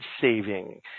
saving